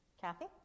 Kathy